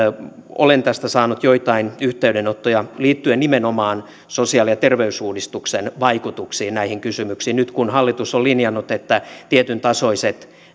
olen tästä saanut joitain yhteydenottoja liittyen nimenomaan sosiaali ja terveysuudistuksen vaikutuksiin näihin kysymyksiin nyt kun hallitus on linjannut että tietyntasoiset